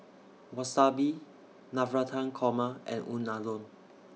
Wasabi Navratan Korma and Unadon